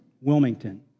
Wilmington